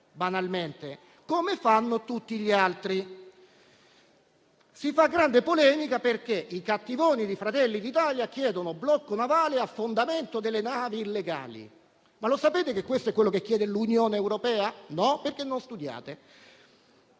banalmente, come fanno tutti gli altri. Si fa grande polemica perché i cattivoni di Fratelli d'Italia chiedono il blocco navale e l'affondamento delle navi illegali. Lo sapete che questo è quanto chiede l'Unione europea? No, perché non studiate.